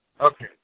Okay